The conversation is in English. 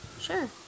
Sure